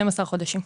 12 חודשים.